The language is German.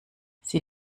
sie